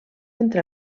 entre